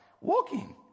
Walking